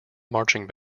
marching